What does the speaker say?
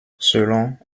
selon